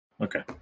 Okay